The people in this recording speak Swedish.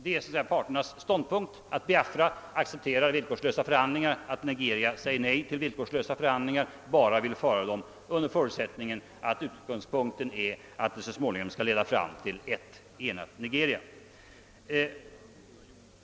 Det är parternas ståndpunkt att Biafra accepterar villkorslösa förhandlingar, medan Nigeria säger nej till sådana och bara vill föra förhandlingar under förutsättning att utgångspunkten är att det så småningom skall bli ett enigt Nigeria.